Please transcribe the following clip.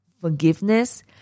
forgiveness